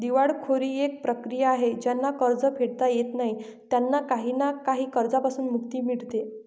दिवाळखोरी एक प्रक्रिया आहे ज्यांना कर्ज फेडता येत नाही त्यांना काही ना काही कर्जांपासून मुक्ती मिडते